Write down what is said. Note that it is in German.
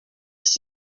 ist